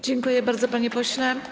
Dziękuję bardzo, panie pośle.